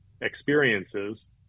experiences